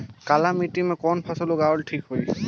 काली मिट्टी में कवन फसल उगावल ठीक होई?